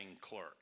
clerk